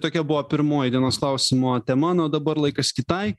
tokia buvo pirmoji dienos klausimo tema na o dabar laikas kitai